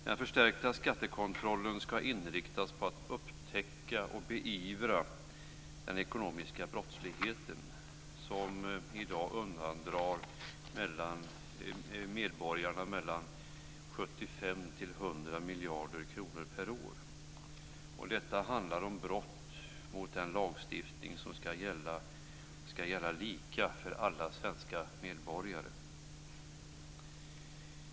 Den förstärkta skattekontrollen ska inriktas på att upptäcka och beivra den ekonomiska brottsligheten, som i dag undandrar medborgarna 75-100 miljarder kronor per år. Det handlar om brott mot den lagstiftning som ska gälla lika för alla svenska medborgare.